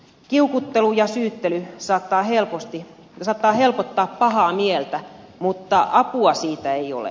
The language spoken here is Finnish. kiukuttelu ja syyttely saattaa helpottaa pahaa mieltä mutta apua siitä ei ole